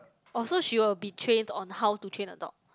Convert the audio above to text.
oh she will be trained on how to train a dog